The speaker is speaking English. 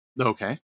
Okay